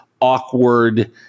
awkward